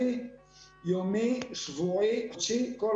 יומית, שבועית, חודשית.